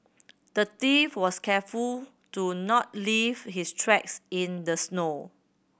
the thief was careful to not leave his tracks in the snow